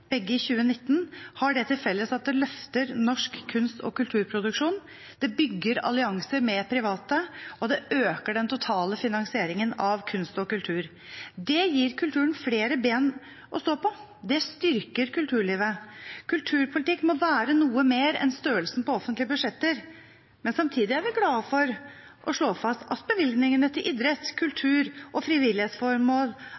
begge i 2019, har det til felles at det løfter norsk kunst- og kulturproduksjon, bygger allianser med private og øker den totale finansieringen av kunst og kultur – gir kulturen flere ben å stå på. Det styrker kulturlivet. Kulturpolitikk må være noe mer enn størrelsen på offentlige budsjetter. Men samtidig er vi glade for å slå fast at bevilgningene til idrett,